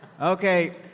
Okay